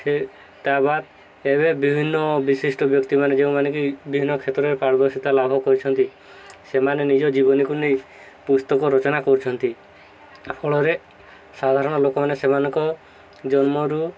ସେ ତା' ବାଦ୍ ଏବେ ବିଭିନ୍ନ ବିଶିଷ୍ଟ ବ୍ୟକ୍ତିମାନେ ଯେଉଁମାନଙ୍କ ବିଭିନ୍ନ କ୍ଷେତ୍ରରେ ପାରଦର୍ଶିତା ଲାଭ କରିଛନ୍ତି ସେମାନେ ନିଜ ଜୀବନୀକୁ ନେଇ ପୁସ୍ତକ ରଚନା କରୁଛନ୍ତି ଫଳରେ ସାଧାରଣ ଲୋକମାନେ ସେମାନଙ୍କ ଜନ୍ମରୁ